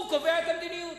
הוא קובע את המדיניות.